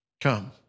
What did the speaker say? Come